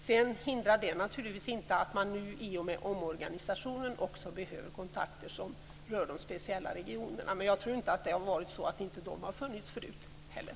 Sedan hindrar det naturligtvis inte att man i och med omorganisationen också behöver kontakter som rör de speciella regionerna. Men jag tror att de har funnits även tidigare.